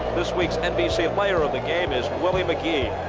this week's nbc player of the game is willie mcgee.